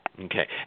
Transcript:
Okay